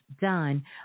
done